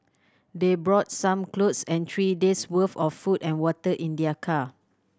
they brought some clothes and three days worth of food and water in their car